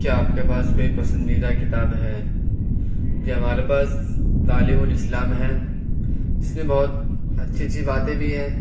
کیا آپ کے پاس کوئی پسندیدہ کتاب ہے جی ہمارے پاس تعلیم الاسلام ہے اس لیے بہت اچھی اچھی باتیں بھی ہیں